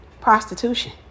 prostitution